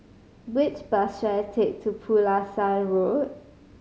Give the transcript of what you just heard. which bus should I take to Pulasan Road